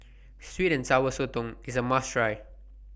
Sweet and Sour Sotong IS A must Try